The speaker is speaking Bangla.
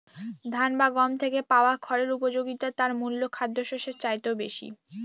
ধান বা গম থেকে পাওয়া খড়ের উপযোগিতা তার মূল খাদ্যশস্যের চাইতেও বেশি